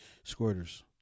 Squirters